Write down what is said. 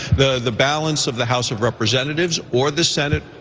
the the balance of the house of representatives, or the senate,